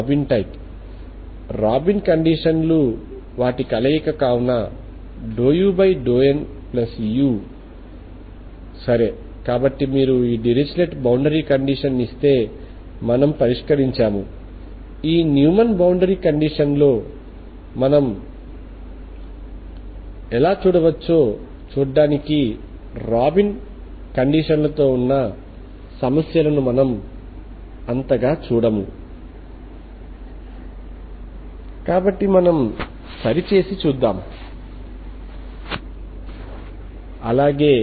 సరేనా దీనిలో ప్రధాన ఆలోచన ఏమిటంటే స్టర్మ్ లియోవిల్లే సమస్యను తీసుకోవడం మరియు ఈ పరిష్కారాల కోసం సూపర్పొజిషన్ వాల్యూలు మరియు ఐగెన్ ఫంక్షన్ లను ఉపయోగించడం ద్వారా సరియైన పరిష్కారాలను పొందండి